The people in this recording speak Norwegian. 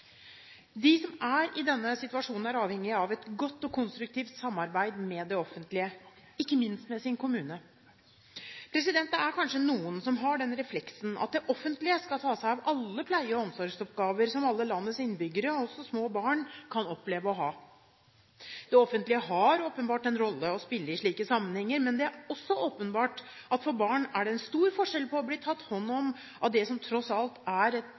De som er i denne situasjonen, er avhengige av et godt og konstruktivt samarbeid med det offentlige, ikke minst med sin kommune. Det er kanskje noen som har den refleksen at det offentlige skal ta seg av alle pleie- og omsorgsoppgaver som alle landets innbyggere – også små barn – kan oppleve å ha. Det offentlige har åpenbart en rolle å spille i slike sammenhenger. Men det er også åpenbart at for barn er det stor forskjell på å bli tatt hånd om av det som tross alt er